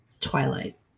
Twilight